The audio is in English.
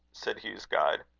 said hugh's guide.